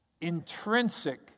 intrinsic